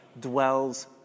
dwells